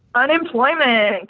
unemployment,